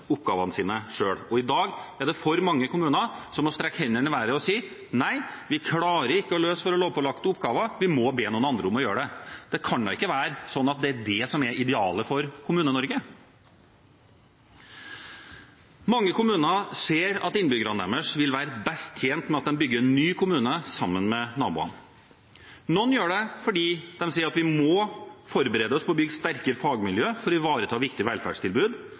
oppgavene sine selv. I dag er det for mange kommuner som må strekke hendene i været og si: Nei, vi klarer ikke å løse våre lovpålagte oppgaver, vi må be noen andre om å gjøre det. Det kan da ikke være slik at det er det som er idealet for Kommune-Norge? Mange kommuner ser at innbyggerne deres vil være best tjent med at de bygger en ny kommune sammen med naboene. Noen gjør det fordi de sier at de må forberede seg på å bygge sterkere fagmiljøer for å ivareta viktige velferdstilbud,